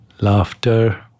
laughter